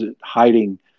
hiding